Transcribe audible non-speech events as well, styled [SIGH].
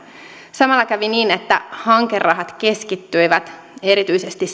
samalla kävi niin että hankerahat keskittyivät erityisesti [UNINTELLIGIBLE]